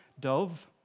dove